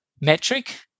metric